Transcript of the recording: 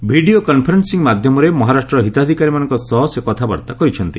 video conferencing ମାଧ୍ୟମରେ ମହାରାଷ୍ଟ୍ରର ହିତାଧିକାରୀମାନଙ୍କ ସହ ସେ କଥାବାର୍ତ୍ତା କରିଛନ୍ତି